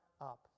up